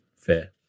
fair